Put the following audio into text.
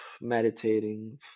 meditating